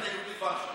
אני בן ליהודי ורשה.